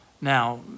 Now